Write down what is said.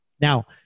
Now